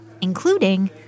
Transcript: including